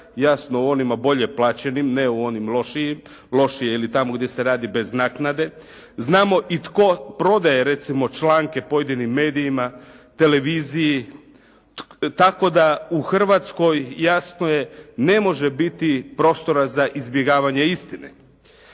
jasno u onim bolje plaćenim ne u onim lošije ili tamo gdje se radi bez naknade. Znamo i tko prodaje recimo članke pojedinim medijima, televiziji. Tako da u Hrvatskoj jasno je ne može biti prostora za izbjegavanje istine.